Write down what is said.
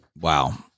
Wow